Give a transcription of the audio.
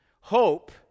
Hope